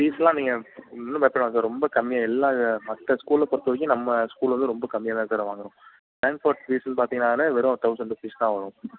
பீஸுலாம் நீங்கள் ஒன்றும் பயப்பட வேணாம் சார் ரொம்ப கம்மியாக எல்லா மற்ற ஸ்கூலை பொறுத்தவரையும் நம்ம ஸ்கூலு வந்து ரொம்ப கம்மியாக தான் சார் வாங்குகிறோம் டிரான்ஸ்போர்ட் பீஸுன்னு பாத்திங்கன்னாலே வெறும் ஒரு தவுசண் ருப்பீஸ் தான் வாங்குகிறோம்